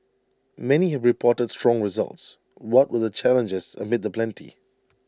many have reported strong results what were the challenges amid the plenty